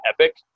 epic